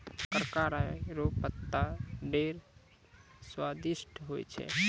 करका राय रो पत्ता ढेर स्वादिस्ट होय छै